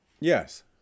Yes